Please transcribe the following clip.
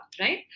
right